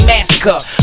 Massacre